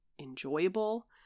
enjoyable